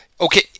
Okay